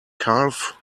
calf